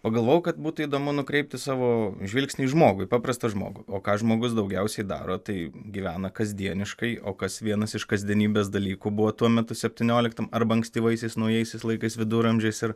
pagalvojau kad būtų įdomu nukreipti savo žvilgsnį į žmogų į paprastą žmogų o ką žmogus daugiausiai daro tai gyvena kasdieniškai o kas vienas iš kasdienybės dalykų buvo tuo metu septynioliktam arba ankstyvaisiais naujaisiais laikais viduramžiais ir